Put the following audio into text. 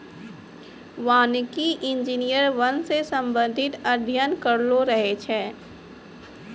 वानिकी इंजीनियर वन से संबंधित अध्ययन करलो रहै छै